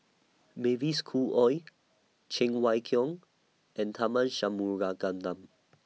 Mavis Khoo Oei Cheng Wai Keung and Tharman